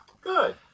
Good